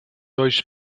dois